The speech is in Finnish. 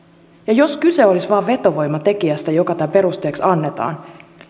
jos kyse olisi vain vetovoimatekijästä joka tämän perusteeksi annetaan